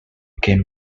can